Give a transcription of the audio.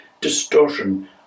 distortion